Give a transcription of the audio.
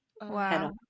Wow